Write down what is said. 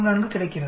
44 கிடைக்கிறது